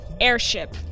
Airship